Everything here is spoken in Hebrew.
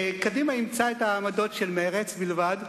קדימה אימצה את העמדות של מרצ בלבד,